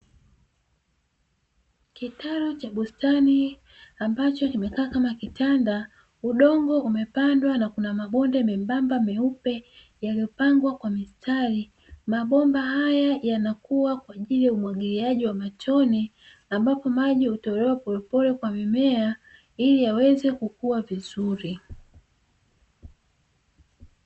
Kitalu cha bustani ambacho kimekaa kama kitanda udongo umepandwa na kuna mabomba membamba meupe yaliyopangwa kwa mistari, mabomba haya yanakuwa kwa ajili ya umwagiliaji wa matone ambapo maji hutolewa polepole kwa mimea ili yaweze kukua vizuri.